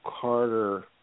Carter